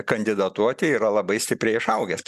kandidatuoti yra labai stipriai išaugęs